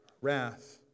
wrath